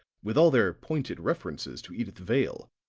with all their pointed references to edyth vale,